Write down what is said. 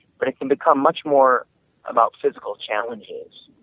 but it can become much more about physical challenges.